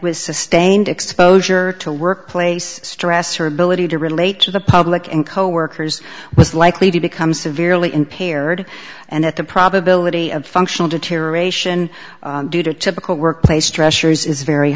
with sustained exposure to workplace stress her ability to relate to the public and coworkers was likely to become severely impaired and at the probability of functional deterioration due to typical workplace stressors is very